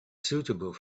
suitable